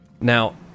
Now